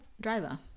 driver